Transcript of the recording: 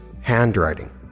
handwriting